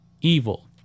Evil